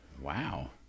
Wow